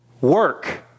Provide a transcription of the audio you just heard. Work